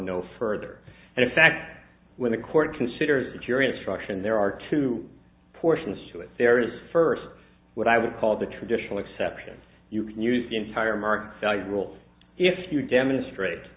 no further and in fact when the court considers the jury instruction there are two portions to it there is first what i would call the traditional exceptions you can use the entire market value rule if you demonstrate